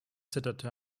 zitterte